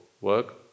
work